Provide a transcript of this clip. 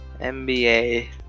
NBA